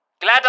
Glad